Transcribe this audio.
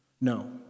No